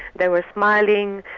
they were smiling,